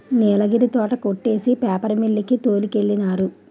నీలగిరి తోట కొట్టేసి paper mill కి తోలికెళ్ళినారు